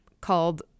called